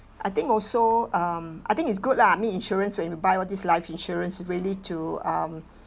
I think also um I think it's good lah I mean insurance when you buy all this life insurance really to um